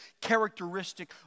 characteristic